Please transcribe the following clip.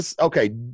Okay